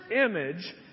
image